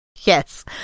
yes